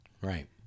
Right